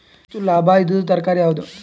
ಹೆಚ್ಚು ಲಾಭಾಯಿದುದು ತರಕಾರಿ ಯಾವಾದು?